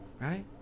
right